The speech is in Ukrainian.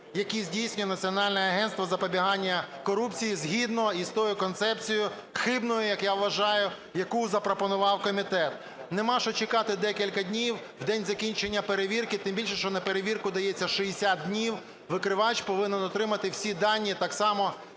які здійснює Національне агентство із запобігання корупції згідно із тою концепцією хибною, як я вважаю, яку запропонував комітет. Нема що чекати декілька днів, в день закінчення перевірки, тим більше, що на перевірку дається 60 днів, викривач повинен отримати всі дані так само